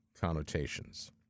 connotations